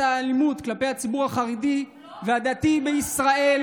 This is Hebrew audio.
האלימות כלפי הציבור החרדי והדתי בישראל,